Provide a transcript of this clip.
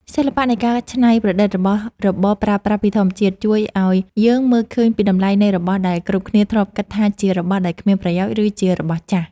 សិល្បៈនៃការច្នៃប្រឌិតរបស់របរប្រើប្រាស់ពីធម្មជាតិ ជួយឱ្យយើងមើលឃើញពីតម្លៃនៃរបស់ដែលគ្រប់គ្នាធ្លាប់គិតថាជារបស់ដែលគ្មានប្រយោជន៍ ឬ ជារបស់ចាស់។